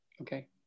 Okay